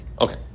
Okay